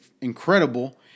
incredible